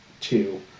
two